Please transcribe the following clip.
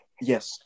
Yes